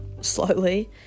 slowly